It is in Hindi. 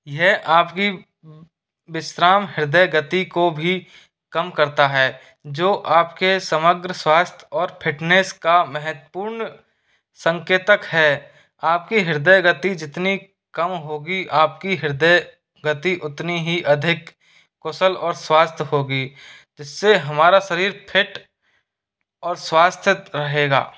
यह आपकी विश्राम हृदय गति को भी कम करता है जो आपके समग्र स्वास्थ्य और फिटनेस का महत्वपूर्ण संकेतक है आपका हृदय गति जितनी कम होगी आपकी हृदय गति उतनी ही अधिक कुशल और स्वास्थ्य होगी जिससे हमारा शरीर फिट और स्वास्थ्य रहेगा